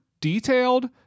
detailed